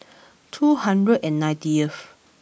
two hundred and ninetieth